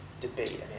debate